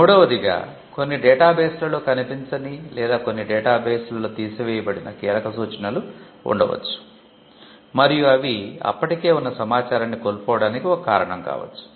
మూడవదిగా కొన్ని డేటాబేస్లలో కనిపించని లేదా కొన్ని డేటాబేస్లలో తీసివేయబడిన కీలక సూచనలు ఉండవచ్చు మరియు అవి అప్పటికే ఉన్న సమాచారాన్ని కోల్పోవటానికి ఒక కారణం కావచ్చు